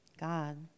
God